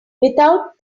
without